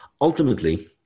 ultimately